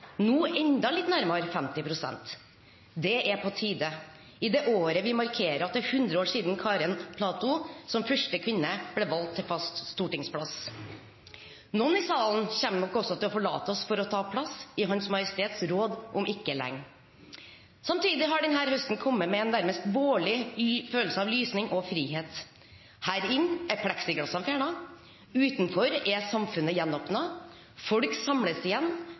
enda litt nærmere 50 pst. Det er på tide i det året vi markerer at det er 100 år siden Karen Platou som første kvinne ble valgt til fast stortingsplass. Noen i salen kommer nok også til å forlate oss for å ta plass i Hans Majestets Råd om ikke lenge. Samtidig har denne høsten kommet med en nærmest vårlig følelse av lysning og frihet. Her inne er pleksiglassene fjernet, utenfor er samfunnet gjenåpnet. Folk samles igjen